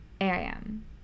AIM